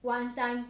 one time